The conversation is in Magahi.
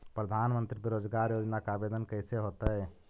प्रधानमंत्री बेरोजगार योजना के आवेदन कैसे होतै?